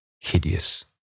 hideous